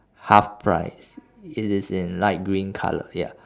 half price it is in light green colour ya